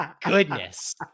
goodness